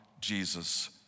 Jesus